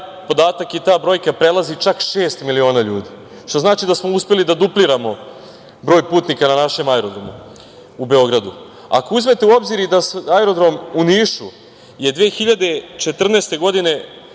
podatak i ta brojka prelazi čak šest miliona ljudi, što znači da smo uspeli da dupliramo broj putnika na našem aerodromu u Beogradu. Ako uzmete u obzir, aerodrom u Nišu je 2014. godine,